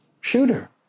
shooter